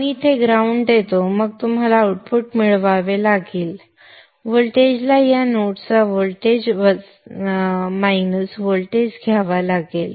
आपण इथे ग्राउंड देतो मग तुम्हाला आउटपुट मिळवावे लागेल व्होल्टेजला या नोडचा व्होल्टेज वजा व्होल्टेज घ्यावा लागेल